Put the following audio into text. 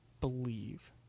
believe